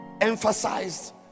emphasized